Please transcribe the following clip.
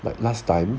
like last time